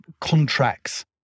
contracts